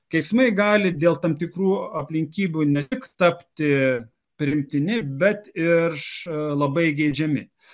keiksmai gali dėl tam tikrų aplinkybių ne tik tapti priimtini bet ir š labai geidžiami